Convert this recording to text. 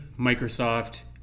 Microsoft